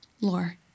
Lore